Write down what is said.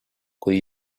kui